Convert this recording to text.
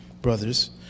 brothers